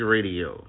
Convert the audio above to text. Radio